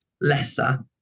lesser